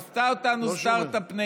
עשתה אותנו אומת סטרטאפ.